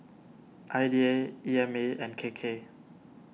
I D A E M A and K K